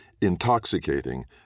intoxicating